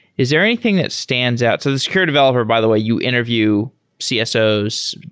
is there anything that stands out? so the secure developer, by the way, you interview csos,